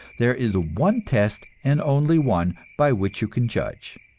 there is one test, and only one, by which you can judge,